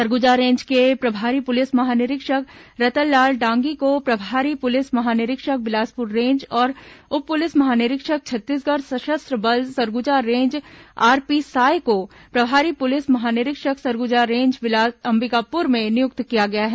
Surguja range के प्रभारी police महानिरीक्षक रतनलाल डांगी को प्रभारी पुलिस महानिरीक्षक बिलासपुर रेंज और उप पुलिस महानिरीक्षक छत्तीसगढ़ सशस्त्र बल सरगुजा रेंज आरपी साय को प्रभारी पुलिस महानिरीक्षक सरगुजा रेंज अंबिकापुर में नियुक्त किया गया है